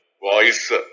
voice